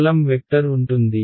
column vector ఉంటుంది